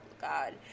god